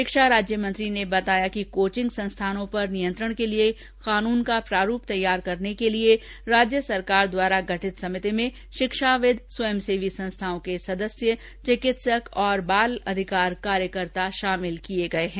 शिक्षा राज्य मंत्री ने बताया कि कोचिंग संस्थानों पर नियंत्रण के लिए कानून का प्रारूप तैयार करने के लिए राज्य सरकार द्वारा गठित समितिं में शिक्षाविद स्वयंसेवी संस्थाओं के सदस्य चिकित्सक और बाल अधिकार कार्यकर्ता शामिल किये गये हैं